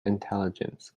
intelligence